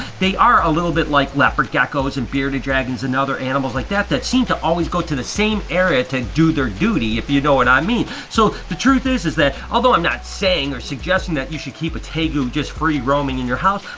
they are a little bit like leopard geckos and bearded dragons and other animals like that that seem to always go to the same area to do their duty, if you know what i mean. so the truth is, is that although i'm not saying or suggesting that you should keep a tegu just free roaming in your house,